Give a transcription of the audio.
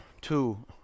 two